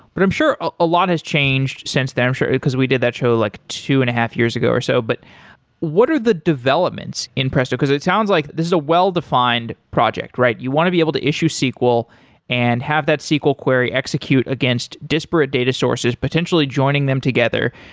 but i'm sure ah a lot has changed since then, because we did that show like two and a half years ago, or so. but what are the developments in presto? because it sounds like this is a well-defined project, right? you want to be able to issue sql and have that sql query execute against disparate data sources potentially joining them together.